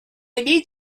need